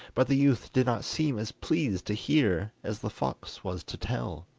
but the youth did not seem as pleased to hear as the fox was to tell.